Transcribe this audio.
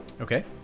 Okay